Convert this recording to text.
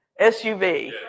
SUV